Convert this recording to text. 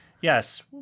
Yes